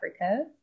Africa